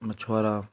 मछूआरा